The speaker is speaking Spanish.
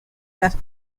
las